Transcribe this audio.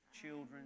children